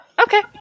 Okay